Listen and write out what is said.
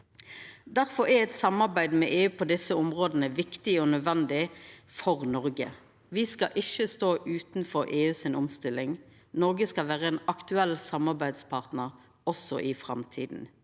Difor er eit samarbeid med EU på desse områda viktig og nødvendig for Noreg. Vi skal ikkje stå utanfor EUs omstilling. Noreg skal vera ein aktuell samarbeidspartner også i framtida.